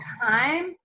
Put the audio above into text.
time